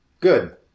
Good